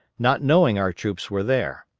not knowing our troops were there.